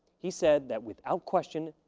he said that, without question,